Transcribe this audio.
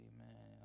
Amen